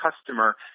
customer